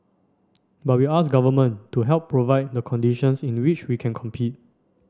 but we ask government to help provide the conditions in which we can compete